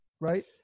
Right